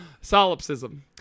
solipsism